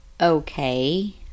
Okay